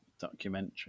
documentary